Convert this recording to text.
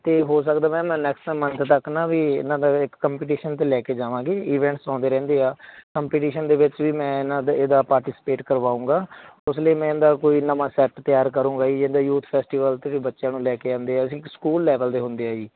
ਅਤੇ ਹੋ ਸਕਦਾ ਮੈਮ ਮੈਂ ਨੈਕਸਟ ਮੰਥ ਤੱਕ ਨਾ ਵੀ ਇਹਨਾਂ ਦਾ ਇੱਕ ਕੰਪੀਟੀਸ਼ਨ 'ਤੇ ਲੈ ਕੇ ਜਾਵਾਂਗੇ ਈਵੈਂਟਸ ਆਉਂਦੇ ਰਹਿੰਦੇ ਆ ਕੰਪੀਟੀਸ਼ਨ ਦੇ ਵਿੱਚ ਵੀ ਮੈਂ ਇਹਨਾਂ ਦੇ ਇਹਦਾ ਪਾਰਟੀਸਪੇਟ ਕਰਵਾਊਂਗਾ ਉਸ ਲਈ ਮੈਂ ਇਹਦਾ ਕੋਈ ਨਵਾਂ ਸੈਟ ਤਿਆਰ ਕਰੂੰਗਾ ਜੀ ਜਿੱਦਾਂ ਯੂਥ ਫੈਸਟੀਵਲ 'ਤੇ ਵੀ ਬੱਚਿਆਂ ਨੂੰ ਲੈ ਕੇ ਆਉਂਦੇ ਹਾਂ ਅਸੀਂ ਸਕੂਲ ਲੈਵਲ ਦੇ ਹੁੰਦੇ ਆ ਜੀ